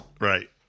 Right